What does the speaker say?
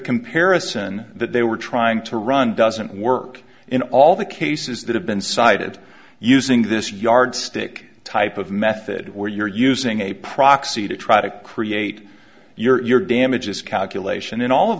comparison that they were trying to run doesn't work in all the cases that have been cited using this yardstick type of method where you're using a proxy to try to create your damages calculation in all of